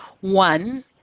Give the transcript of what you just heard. one